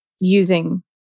using